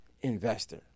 investor